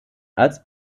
als